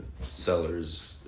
seller's